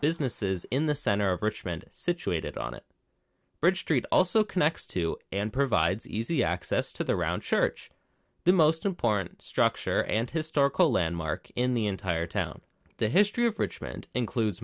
businesses in the center of richmond situated on it bridge street also connects to and provides easy access to the round church the most important structure and historical landmark in the entire town the history of richmond includes